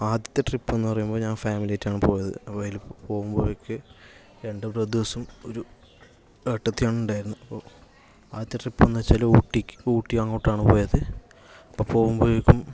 ആദ്യത്തെ ട്രിപ്പ് എന്ന് പറയുമ്പോൾ ഞാൻ ഫാമിലിയായിട്ടാണ് പോയത് അപ്പോൾ അതിൽ പോകുമ്പോയേക്ക് രണ്ട് ബ്രദേഴ്സും ഒരു ഏട്ടത്തിയാണ് ഉണ്ടായിരുന്നത് അപ്പോൾ ആദ്യത്തെ ട്രിപ്പെന്ന് വെച്ചാല് ഊട്ടിക്ക് ഊട്ടിയങ്ങോട്ടാണ് പോയത് അപ്പോൾ പോകുമ്പോയേക്കും